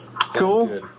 Cool